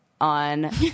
on